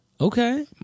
Okay